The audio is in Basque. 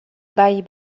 bai